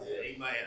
Amen